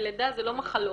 ולידה זה לא מחלות,